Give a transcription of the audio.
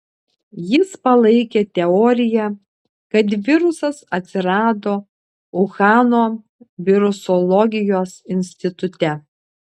jis palaikė teoriją kad virusas atsirado uhano virusologijos institute